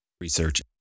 research